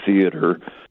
Theater